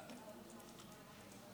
36 בעד,